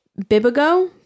bibigo